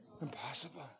impossible